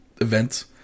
events